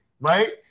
right